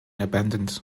abandoned